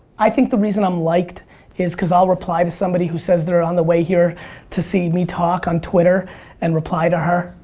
i think the reason i'm liked is cause i'll reply to somebody who says they're on the way here to see me talk on twitter and reply to her,